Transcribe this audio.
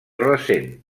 recent